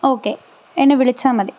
okay എന്നെ വിളിച്ചാൽ മതി